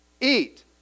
eat